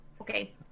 Okay